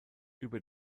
über